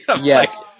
Yes